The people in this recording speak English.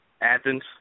Athens